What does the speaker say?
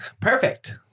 Perfect